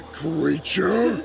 creature